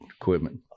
equipment